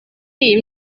iyi